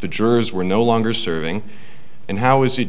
the jurors were no longer serving and how is it